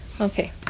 Okay